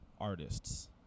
artists